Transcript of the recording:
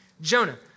Jonah